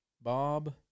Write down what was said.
Bob